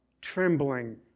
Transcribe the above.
trembling